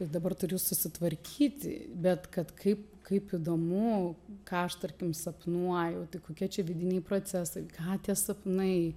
ir dabar turiu susitvarkyti bet kad kaip kaip įdomu ką aš tarkim sapnuoju tai kokie čia vidiniai procesai ką tie sapnai